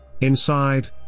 Inside